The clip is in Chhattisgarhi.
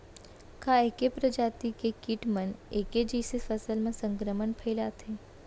का ऐके प्रजाति के किट मन ऐके जइसे फसल म संक्रमण फइलाथें?